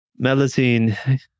Melazine